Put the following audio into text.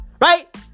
right